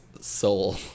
soul